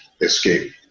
escape